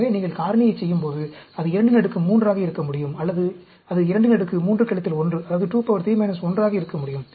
எனவே நீங்கள் காரணியைச் செய்யும்போது அது 23 ஆக இருக்கமுடியும் அல்லது அது 23 1 ஆக இருக்கமுடியும்